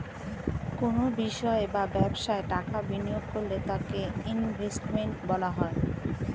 কোনো বিষয় বা ব্যবসায় টাকা বিনিয়োগ করলে তাকে ইনভেস্টমেন্ট বলা হয়